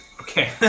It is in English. Okay